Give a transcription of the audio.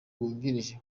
wungirije